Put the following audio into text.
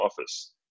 office